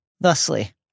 thusly